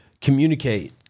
communicate